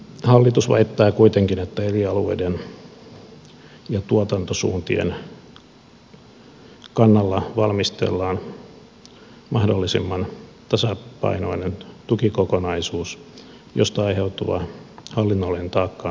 hallitus väittää kuitenkin että eri alueiden ja tuotantosuuntien kannalla valmistellaan mahdollisimman tasapainoinen tukikokonaisuus josta aiheutuva hallinnollinen taakka on nykyistä kevyempi